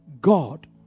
God